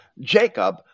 Jacob